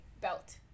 belt